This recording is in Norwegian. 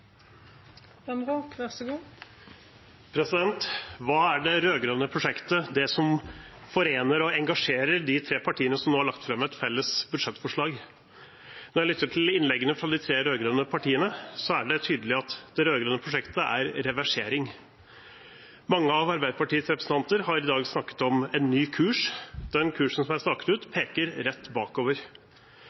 Hva er det rød-grønne prosjektet – det som forener og engasjerer de tre partiene som nå har lagt fram et felles budsjettforslag? Når jeg lytter til innleggene fra de tre rød-grønne partiene, er det tydelig at det rød-grønne prosjektet er reversering. Mange av Arbeiderpartiets representanter har i dag snakket om en ny kurs. Den kursen som er staket ut, peker rett bakover.